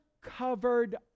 covered